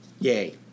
yay